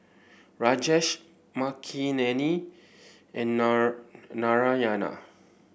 Rajesh Makineni and Na Narayana